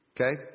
Okay